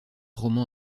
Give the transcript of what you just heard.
roman